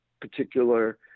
particular